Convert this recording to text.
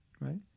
Right